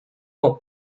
வைக்க